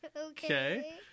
Okay